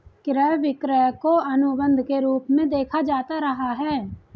क्रय विक्रय को अनुबन्ध के रूप में देखा जाता रहा है